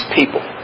people